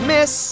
Miss